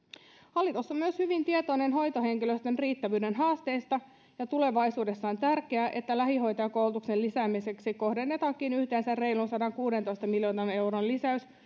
hallitus on myös hyvin tietoinen hoitohenkilöstön riittävyyden haasteista ja tulevaisuudessa on tärkeää että lähihoitajakoulutuksen lisäämiseksi kohdennetaankin yhteensä reilun sadankuudentoista miljoonan euron lisäys